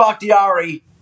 Bakhtiari